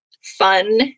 fun